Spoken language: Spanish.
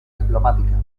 diplomática